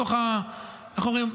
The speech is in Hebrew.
בתוך, איך אומרים?